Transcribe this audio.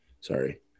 Sorry